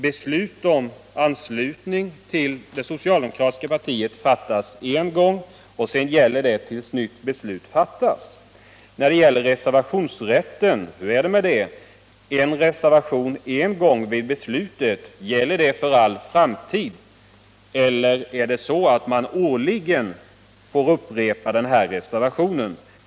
Beslut om anslutning till socialdemokratiska partiet som fattats en gång gäller sedan tills nytt beslut fattas. Då måste man ställa frågan: Hur är det med 119 reservationsrätten? Gäller en reservation vid beslutet för all framtid så länge beslutet är gällande, eller är det så att man årligen får upprepa den här reservationen?